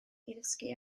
ddysgu